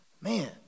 Man